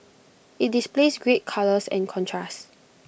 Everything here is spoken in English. IT displays great colours and contrast